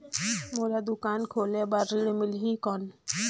मोला दुकान खोले बार ऋण मिलथे कौन?